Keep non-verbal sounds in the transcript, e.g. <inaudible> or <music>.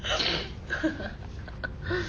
<laughs>